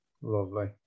Lovely